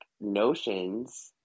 notions